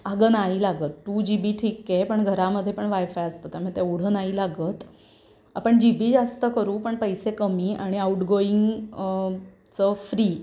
अगं नाही लागत टू जी बी ठीक आहे पण घरामध्ये पण वायफाय असतं त्यामुळे तेवढं नाही लागत आपण जी बी जास्त करू पण पैसे कमी आणि आऊटगोईंग चं फ्री